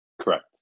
Correct